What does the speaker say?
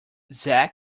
zak